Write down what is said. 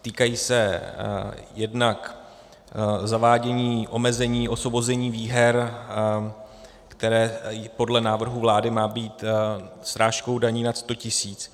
Týkají se jednak zavádění omezení osvobození výher, které podle návrhu vlády má být srážkou daní nad 100 tisíc.